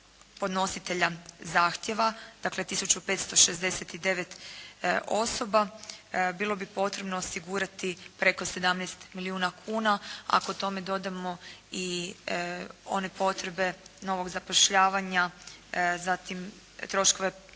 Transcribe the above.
podnositelja zahtjeva, dakle 1569 osoba bilo bi potrebno osigurati preko 17 milijuna kuna. Ako tome dodamo i one potrebe novog zapošljavanja, zatim troškove